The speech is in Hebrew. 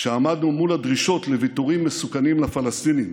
כשעמדנו מול הדרישות לוויתורים מסוכנים לפלסטינים